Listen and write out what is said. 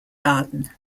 garden